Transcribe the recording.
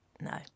No